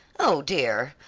oh, dear,